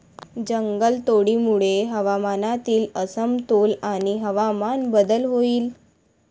जंगलतोडीमुळे हवामानातील असमतोल आणि हवामान बदल होईल